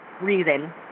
reason